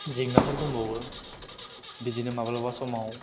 जेंनाफोर दंबावो बेबादिनो माब्लाबा समाव